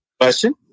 question